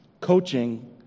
Coaching